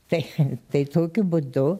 tech tai tokiu būdu